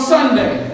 Sunday